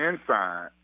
inside